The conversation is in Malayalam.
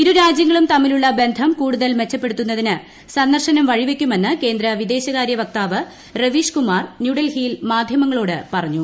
ഇരുരാജ്യങ്ങളും തമ്മിലുള്ള ബന്ധം കൂടുതൽ മെച്ചപ്പെടുന്നതിന് സന്ദർശനം വഴിവയ്ക്കുമെന്ന് കേന്ദ്ര വിദേശകാര്യ വക്താവ് രവീഷ്കുമാർ ന്യൂഡൽഹിയിൽ മാധ്യമങ്ങളോട് പറഞ്ഞു